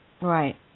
Right